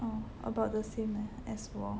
oh about the same lah as 我